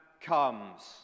comes